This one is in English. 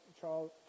Charles